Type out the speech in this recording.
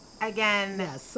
Again